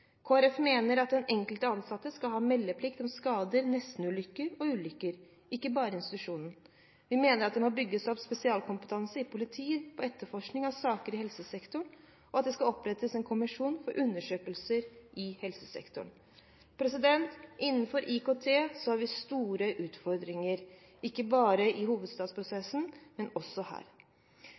Folkeparti mener at den enkelte ansatte skal ha meldeplikt om skader, nestenulykker og ulykker, ikke bare institusjonen. Vi mener at det må bygges opp spesialkompetanse i politiet på etterforskning av saker i helsesektoren, og at det skal opprettes en kommisjon for undersøkelser i helsesektoren. Innenfor IKT har vi store utfordringer, ikke bare i hovedstadsprosessen, men også her.